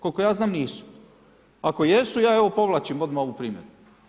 Koliko ja znam nisu, ako jesu, ja evo povlačim odmah ovu primjedbu.